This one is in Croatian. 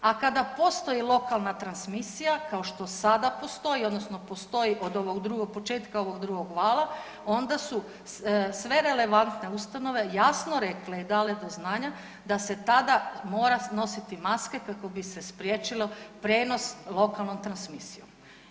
A kada postoji lokalna transmisija kao što sada postoji odnosno postoji od ovog drugog početka ovog drugog vala onda su sve relevantne ustanove jasno rekle i dale do znanja da se tada mora nositi maske kako bi se spriječilo prijenos lokalnom transmisijom.